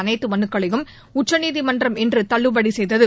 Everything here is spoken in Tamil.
அனைத்து மனுக்களையும் உச்சநீதிமன்றம் இன்று தள்ளுபடி செய்தது